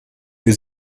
für